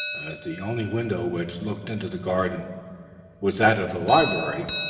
as the only window which looked into the garden was that of the library,